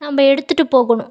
நம்ம எடுத்துகிட்டு போகணும்